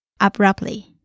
abruptly